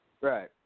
Right